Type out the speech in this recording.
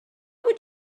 would